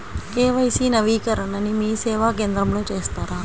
KYC నవీకరణని మీసేవా కేంద్రం లో చేస్తారా?